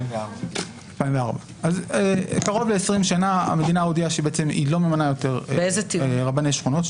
2004. קרוב ל-20 שנה המדינה הודיעה שהיא לא ממנה יותר רבני שכונות.